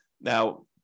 Now